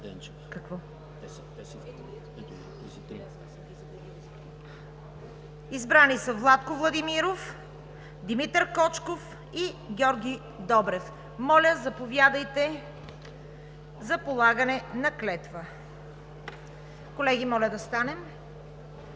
са господата Владко Владимиров, Димитър Кочков и Георги Добрев. Моля, заповядайте за полагане на клетва. Колеги, моля да станем.